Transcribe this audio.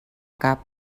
cap